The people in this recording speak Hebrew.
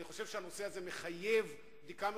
אני חושב שהנושא הזה מחייב בדיקה מחודשת,